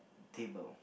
table